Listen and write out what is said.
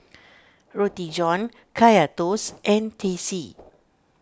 Roti John Kaya Toast and Teh C